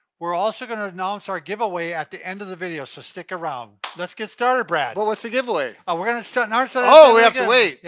we're also gonna announce our giveaway at the end of the video, so stick around. let's get started, brad! well, what's the giveaway? oh, we're gonna start and so oh, we have to wait! yeah,